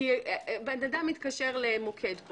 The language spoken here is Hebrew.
כי אדם מתקשר למוקד,